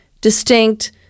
distinct